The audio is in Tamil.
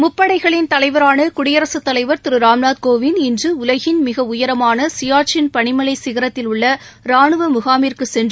முப்படைகளின் தலைவரான குடியரசுத் தலைவர் திரு ராம்நாத் கோவிந்த் இன்று உலகின் மிக உயரமான சியாச்சின் பனிமலை சிகரத்தில் உள்ள ரானுவ முகாமிற்கு சென்று